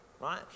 right